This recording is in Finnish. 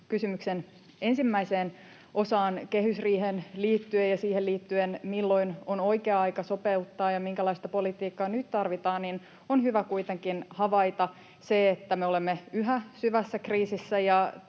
kysymyksen ensimmäiseen osaan kehysriiheen liittyen ja siihen liittyen, milloin on oikea aika sopeuttaa ja minkälaista politiikkaa nyt tarvitaan, niin on hyvä kuitenkin havaita se, että me olemme yhä syvässä kriisissä,